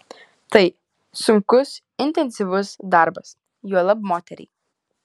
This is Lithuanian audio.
tai sunkus intensyvus darbas juolab moteriai